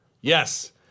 Yes